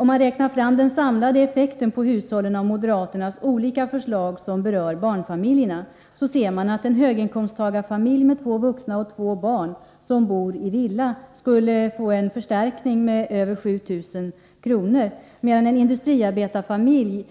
Om man räknar fram den samlade effekten på hushållen av moderaternas olika förslag som berör barnfamiljerna finner man att en höginkomsttagarfamilj med två vuxna och två barn som bor i villa skulle få en förstärkning med över 7 000 kr., medan en industriarbetarfamilj